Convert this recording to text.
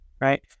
right